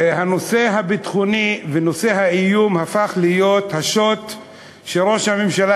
הנושא הביטחוני ונושא האיום הפך להיות השוט שראש הממשלה